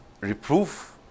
reproof